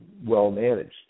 well-managed